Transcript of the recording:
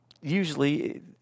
usually